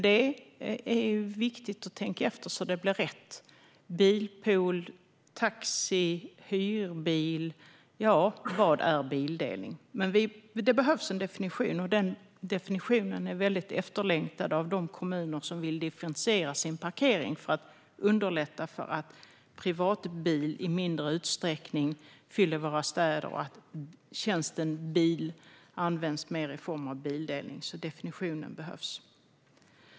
Det är viktigt att tänka efter så att det blir rätt: Bilpool, taxi, hyrbil - ja, vad är bildelning? Det behövs en definition, och den är väldigt efterlängtad av de kommuner som vill differentiera sina parkeringar för att uppnå att privatbilar i mindre utsträckning fyller städerna och att tjänsten bil används mer i form av bildelning. En definition behövs alltså.